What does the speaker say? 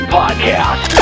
podcast